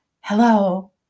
hello